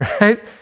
right